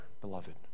beloved